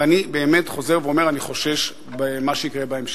ואני באמת חוזר ואומר, אני חושש ממה שיקרה בהמשך.